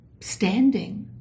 standing